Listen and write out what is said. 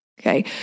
Okay